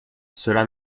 cela